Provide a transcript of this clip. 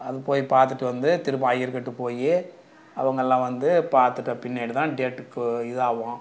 அது போய் பார்த்துட்டு வந்து திருப்பும் ஐயர்கிட்ட போய் அவங்கள்லாம் வந்து பார்த்துட்ட பின்னாடி தான் டேட்டுக்கு இதாகும்